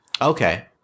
Okay